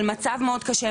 על מצב מאוד קשה,